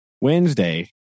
Wednesday